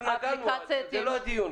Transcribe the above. זה לא הדיון.